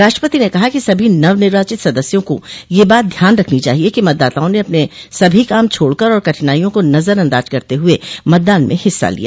राष्ट्रपति ने कहा कि सभी नवनिर्वाचित सदस्यों को यह बात ध्यान रखनी चाहिए कि मतदाताओं ने अपने सभी काम छोड़कर और कठिनाइओं को नजर अंदाज करते हुए मतदान में हिस्सा लिया